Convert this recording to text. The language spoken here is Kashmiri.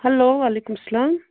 ہیٚلو وعلیکُم سلام